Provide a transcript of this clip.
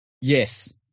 Yes